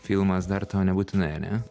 filmas dar tau nebūtinai ane